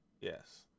Yes